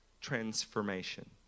transformation